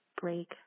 break